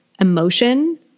emotion